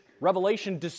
Revelation